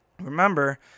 remember